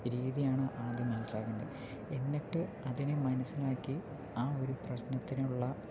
രീതിയാണ് ആദ്യം മനസിലാക്കണ്ടത് എന്നിട്ട് അതിനെ മനസിലാക്കി ആ ഒരു പ്രശ്നത്തിനുള്ള